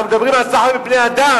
אנחנו מדברים על סחר בבני-אדם.